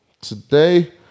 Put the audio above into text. today